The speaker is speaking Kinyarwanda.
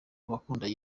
abakundana